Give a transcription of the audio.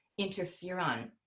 interferon